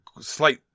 slight